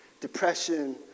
depression